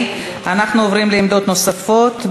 אנחנו עוברים לעמדות נוספות.